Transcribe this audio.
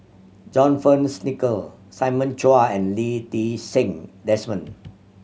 John Fearns Nicoll Simon Chua and Lee Ti Seng Desmond